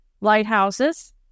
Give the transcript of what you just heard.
lighthouses